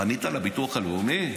פנית לביטוח הלאומי?